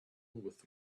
with